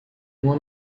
uma